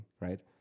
right